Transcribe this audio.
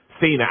Cena